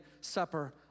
supper